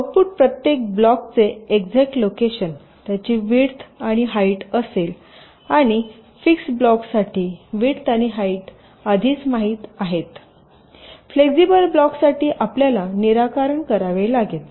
output प्रत्येक ब्लॉकचे exact location त्यांची विड्थ आणि हाईट असेल आणि फिक्स्ड ब्लॉकसाठी विड्थ आणि हाईट आधीच माहित आहेत फ्लेक्सिबल ब्लॉकसाठी आपल्याला निराकरण करावे लागेल